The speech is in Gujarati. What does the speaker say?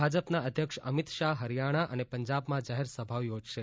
ભાજપના અધ્યક્ષ અમિત શાહ હરિયાણા અને પંજાબમાં જાહેર સભાઓ યોજશે